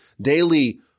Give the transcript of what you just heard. daily